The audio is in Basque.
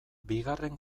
bigarren